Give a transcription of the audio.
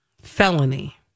Felony